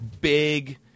big